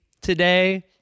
today